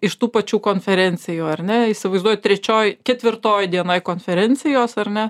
iš tų pačių konferencijų ar ne įsivaizduoju trečioj ketvirtoj dienoj konferencijos ar ne